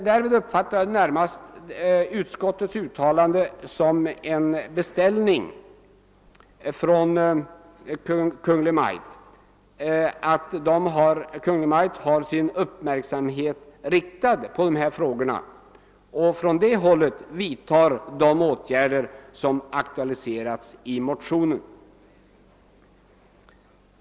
Jag uppfattar det närmast som en beställning när utskottet skriver att det utgår från att Kungl. Maj:t har sin uppmärksamhet riktad på dessa frågor samt vidtar de åtgärder som aktualiserats i motionerna.